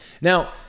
Now